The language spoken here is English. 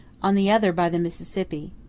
on the other by the mississippi.